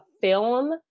film